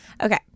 Okay